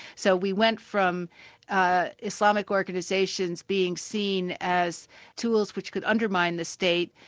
so we went from ah islamic organisations being seen as tools which could undermine the state,